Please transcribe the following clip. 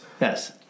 Yes